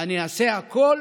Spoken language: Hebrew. אעשה הכול